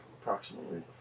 approximately